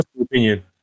opinion